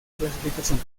clasificación